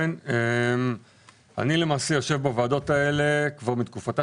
אני למעשה יושב בוועדות האלה כבר מתקופתה